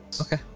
okay